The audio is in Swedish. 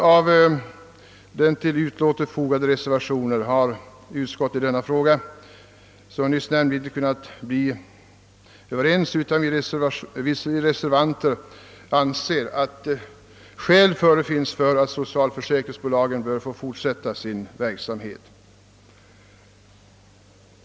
Utskottet har, som jag nämnde, inte varit enigt i den frågan, utan vi reservanter anser att skäl talar för att socialförsäkringsbolagen bör få fortsätta sin verksamhet.